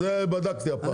הפעם בדקתי את זה,